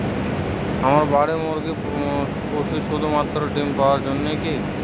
আমরা বাড়িতে মুরগি পুষি শুধু মাত্র ডিম পাওয়ার জন্যই কী?